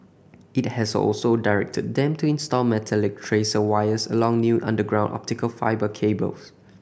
it has also directed them to install metallic tracer wires along new underground optical fibre cables